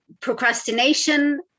Procrastination